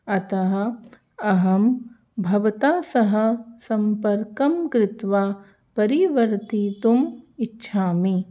अतः अहं भवता सह सम्पर्कं कृत्वा परिवर्तितुं इच्छामि